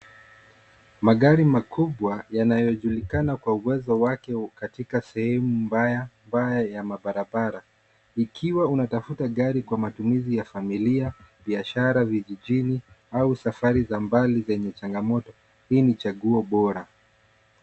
Magari makubwa yanayojulikana kwa uwezo wake katika sehemu mbaya ambayo ya mabarabara. Ikiwa unatafuta gari kwa matumizi ya familia, biashara, vijijini au safari za mbali zenye changamoto. Hii ni chaguo bora.